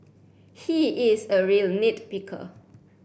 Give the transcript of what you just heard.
he is a real nit picker